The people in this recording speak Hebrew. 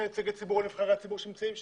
נציגי ציבור על נבחרי הציבור שנמצאים שם?